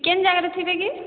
କେନ ଜାଗାରେ ଥିବେ କି